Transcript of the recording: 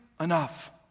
enough